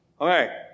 Okay